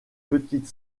petite